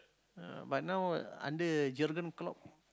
ah but now under Jurgen-Klopp